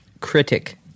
critic